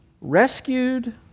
rescued